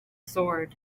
sword